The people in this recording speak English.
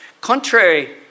Contrary